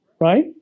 Right